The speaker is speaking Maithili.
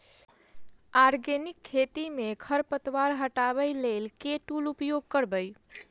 आर्गेनिक खेती मे खरपतवार हटाबै लेल केँ टूल उपयोग करबै?